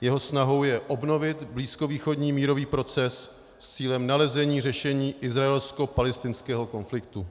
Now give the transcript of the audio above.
Jeho snahou je obnovit blízkovýchodní mírový proces s cílem nalezení řešení izraelskopalestinského konfliktu,